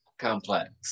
complex